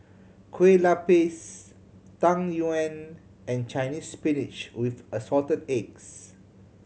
Kueh Lupis Tang Yuen and Chinese Spinach with Assorted Eggs